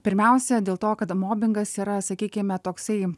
pirmiausia dėl to kad mobingas yra sakykime toksai